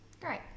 Great